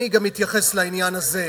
אני אתייחס גם לעניין הזה.